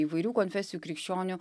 įvairių konfesijų krikščionių